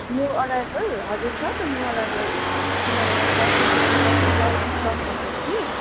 new arrival हजुर छ त न्यू अराइभल किनभने अब दसैँको नयाँ स्टल स्टक ल्याएको हो कि